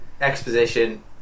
exposition